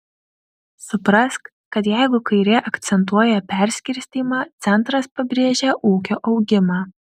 suprask kad jeigu kairė akcentuoja perskirstymą centras pabrėžia ūkio augimą